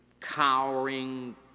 cowering